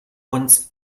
uns